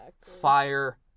fire